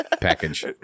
Package